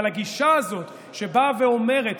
אבל הגישה הזאת שבאה ואומרת